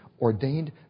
ordained